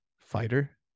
fighter